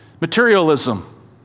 Materialism